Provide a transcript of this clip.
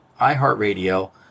iHeartRadio